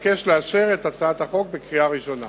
אבקש לאשר את הצעת החוק בקריאה ראשונה.